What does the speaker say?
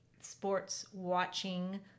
sports-watching